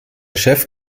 chef